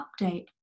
update